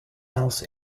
else